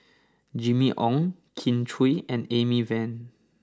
Jimmy Ong Kin Chui and Amy Van